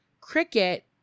Cricket